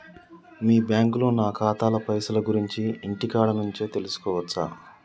మీ బ్యాంకులో నా ఖాతాల పైసల గురించి ఇంటికాడ నుంచే తెలుసుకోవచ్చా?